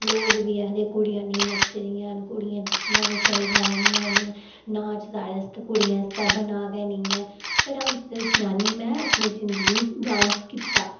लोक बी आखदे कुड़ियां निंनचदियां कुड़ियें गी नच्चना निं चाहिदा ऐ इं'या इं'या नाच कुड़ियें आस्तै बना दा निं ऐं पर अं'ऊ तुसें गी सनान्नी आं अपनी जिंदगी च डांस कीता